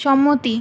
সম্মতি